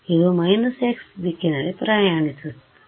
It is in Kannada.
ಇದು ಮೈನಸ್ x ದಿಕ್ಕಿನಲ್ಲಿ ಪ್ರಯಾಣಿಸುತ್ತಿದೆ